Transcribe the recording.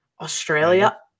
australia